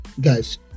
Guys